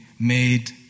Made